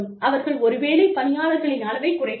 அவர்கள் ஒருவேளை பணியாளர்களின் அளவைக் குறைக்கலாம்